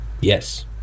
yes